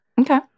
Okay